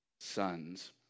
sons